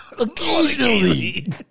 occasionally